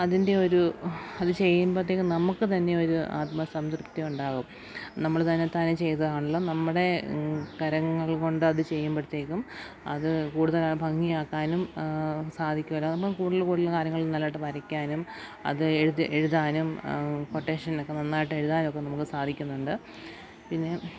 അതിൻ്റെ ഒരു അതു ചെയ്യുമ്പോഴത്തേക്കും നമുക്കു തന്നെ ഒരു ആത്മസംതൃപ്തിയുണ്ടാകും നമ്മൾ തന്നത്താനെ ചെയ്തതാണല്ലോ നമ്മുടെ കരങ്ങൾ കൊണ്ടത് ചെയ്യുമ്പോഴത്തേക്കും അതു കൂടുതൽ ഭംഗിയാക്കാനും സാധിക്കുമല്ലോ നമ്മൾ കൂടുതൽ കൂടുതൽ കാര്യങ്ങൾ നല്ലതായിട്ടു വരക്കാനും അത് എഴുത് എഴുതാനും കൊട്ടേഷനൊക്കെ നന്നായിട്ടെഴുതാനൊക്കെ നമുക്ക് സാധിക്കുന്നുണ്ട് പിന്നെ